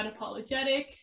unapologetic